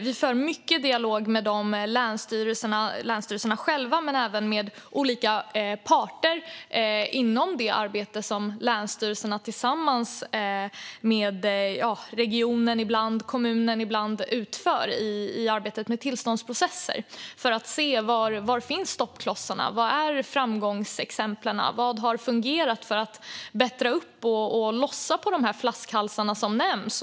Vi för mycket dialog med länsstyrelserna själva men även med olika parter inom det arbete som länsstyrelserna tillsammans med ibland regionen, ibland kommunen utför i arbetet med tillståndsprocesser för att se: Var finns stoppklossarna? Vilka är framgångsexemplen? Vad har fungerat för att förbättra processerna och lösa de flaskhalsar som nämns?